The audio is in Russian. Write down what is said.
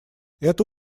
это